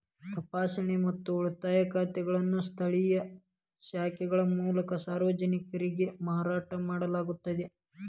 ತಪಾಸಣೆ ಮತ್ತು ಉಳಿತಾಯ ಖಾತೆಗಳನ್ನು ಸ್ಥಳೇಯ ಶಾಖೆಗಳ ಮೂಲಕ ಸಾರ್ವಜನಿಕರಿಗೆ ಮಾರಾಟ ಮಾಡಲಾಗುತ್ತದ